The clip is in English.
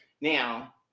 Now